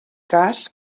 cas